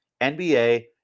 NBA